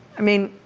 i mean,